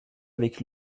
avec